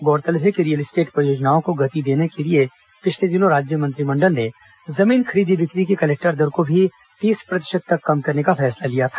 गौरतलब है कि रियल स्टेट परियोजनाओं को गति देने पिछले दिनों राज्य मंत्रिमंडल ने जमीन खरीदी बिक्री की कलेक्टर दर को भी तीस प्रतिशत तक कम करने का फैसला लिया था